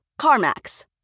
CarMax